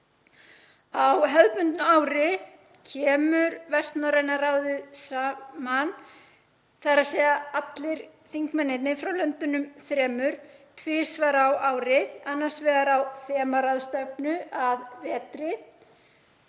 Á hefðbundnu ári kemur Vestnorræna ráðið saman, þ.e. allir þingmennirnir frá löndunum þremur, tvisvar á ári, annars vegar á þemaráðstefnu að vetri,